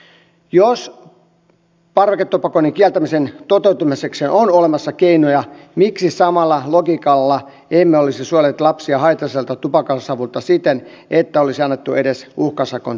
jos parveketupakoinnin kieltämisen toteutumiseksi on olemassa keinoja miksi samalla logiikalla emme olisi suojelleet lapsia haitalliselta tupakansavulta siten että olisi annettu edes uhkasakon työkalu